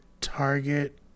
target